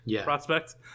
prospects